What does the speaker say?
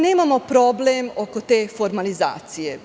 Nemamo problem oko te formalizacije.